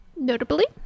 Notably